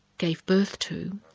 gave birth to,